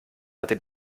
hatte